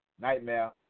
Nightmare